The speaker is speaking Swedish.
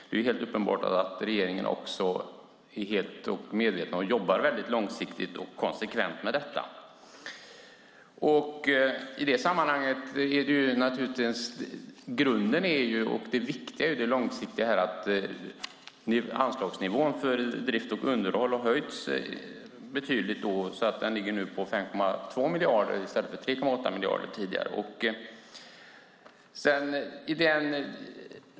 Det är helt uppenbart att regeringen är medveten om och jobbar väldigt långsiktigt och konsekvent med detta. I det sammanhanget är grunden och det som är viktigt naturligtvis det långsiktiga. Anslagsnivån för drift och underhåll har höjts betydligt. Den ligger nu på 5,2 miljarder i stället för som tidigare 3,8 miljarder.